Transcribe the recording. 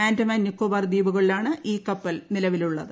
ആൻഡമാൻ നിക്കോബാർ ദ്വീപുകളിലാണ് ഈ കപ്പൽ നിലവിലുള്ളത്